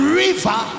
river